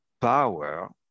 power